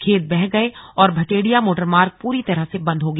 खेत बह गए और भतेड़िया मोटरमार्ग पूरी तरह बंद हो गया